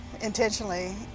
intentionally